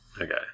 Okay